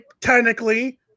technically